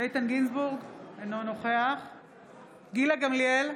איתן גינזבורג, אינו נוכח גילה גמליאל,